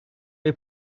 les